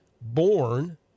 born